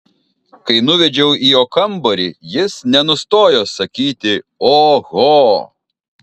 kai nuvedžiau į jo kambarį jis nenustojo sakyti oho